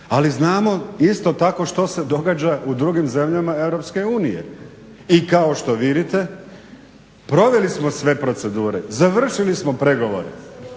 Ali znamo isto tako što se događa u drugim zemljama Europske unije. I kao što vidite proveli smo sve procedure, završili smo pregovore,